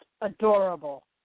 adorable